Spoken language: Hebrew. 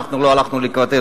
שאנחנו לא הלכנו לקראתם.